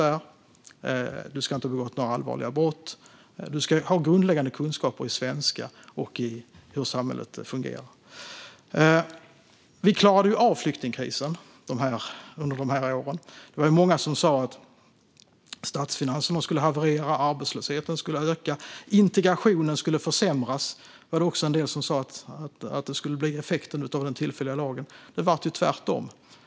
Man ska inte ha begått några allvarliga brott. Man ska också ha grundläggande kunskaper i svenska och i hur samhället fungerar. Vi klarade av flyktingkrisen under de här åren. Det var många som sa att statsfinanserna skulle haverera och att arbetslösheten skulle öka. En del sa också att försämrad integration skulle bli en effekt av den tillfälliga lagen. Det blev tvärtom.